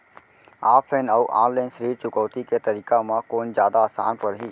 Offline अऊ online ऋण चुकौती के तरीका म कोन जादा आसान परही?